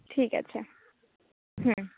ঠিক আছে হুম